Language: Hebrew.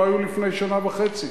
לא היו לפני שנה וחצי?